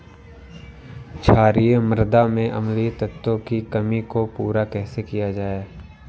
क्षारीए मृदा में अम्लीय तत्वों की कमी को पूरा कैसे किया जाए?